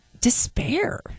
despair